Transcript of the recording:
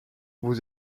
vous